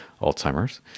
Alzheimer's